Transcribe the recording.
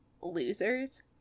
losers